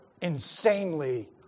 insanely